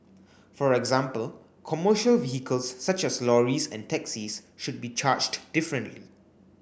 for example commercial vehicles such as lorries and taxis should be charged differently